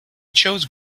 chose